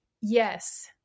Yes